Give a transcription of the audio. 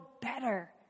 better